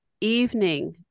evening